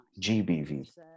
GBV